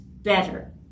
better